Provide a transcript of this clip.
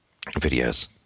videos